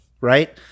right